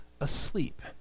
asleep